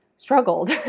struggled